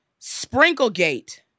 Sprinklegate